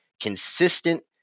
consistent